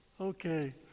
okay